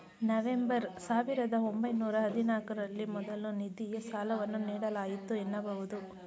November ಸಾವಿರದ ಒಂಬೈನೂರ ಹದಿನಾಲ್ಕು ರಲ್ಲಿ ಮೊದಲ ನಿಧಿಯ ಸಾಲವನ್ನು ನೀಡಲಾಯಿತು ಎನ್ನಬಹುದು